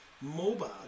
mobile